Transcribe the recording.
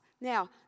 Now